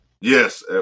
Yes